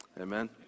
amen